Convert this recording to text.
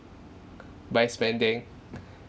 by spending